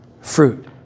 fruit